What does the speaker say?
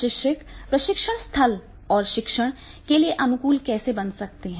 प्रशिक्षक प्रशिक्षण स्थल और शिक्षण के लिए अनुकूल कैसे बना सकते हैं